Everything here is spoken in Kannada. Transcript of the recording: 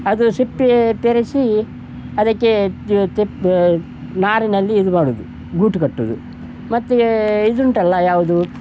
ಅದು ಸಿಪ್ಪೆ ಪೆರೆಸಿ ಅದಕ್ಕೆ ನಾರಿನಲ್ಲಿ ಇದು ಮಾಡೋದು ಗೂಟಿ ಕಟ್ಟೋದು ಮತ್ತು ಇದುಂಟಲ್ಲ ಯಾವುದು